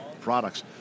products